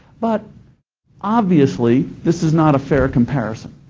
but obviously this is not a fair comparison.